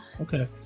Okay